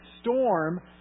storm